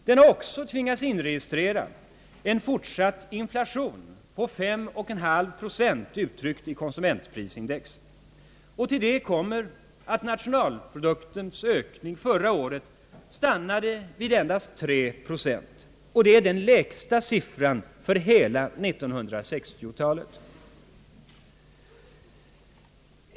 Den har också tvingats inregistrera en fortsatt inflation på 5,5 procent, uttryckt i konsumentprisindex, Till detta kommer att nationalproduktens ökning förra året stannade vid endast 3 procent. Det är den lägsta siffran för hela 60-talet.